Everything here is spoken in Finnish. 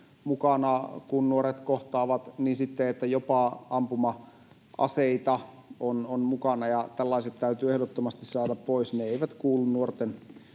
mukana, kun nuoret kohtaavat, niin sitten jopa ampuma-aseita on mukana. Tällaiset täytyy ehdottomasti saada pois. Ne eivät kuulu nuorten